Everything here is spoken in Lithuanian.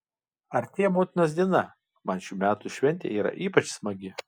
artėja motinos diena man šių metų šventė yra ypač smagi